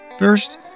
First